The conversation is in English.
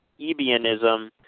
Ebionism